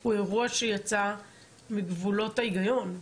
הוא אירוע שיצא מגבולות ההיגיון,